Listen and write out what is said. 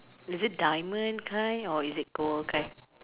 is it diamond kind or is it gold kind